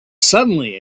suddenly